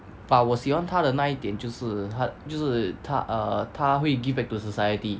but 我喜欢他的那一点就是他就是他 err 他会 give back to society